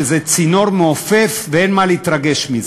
שזה צינור מעופף ואין מה להתרגש מזה,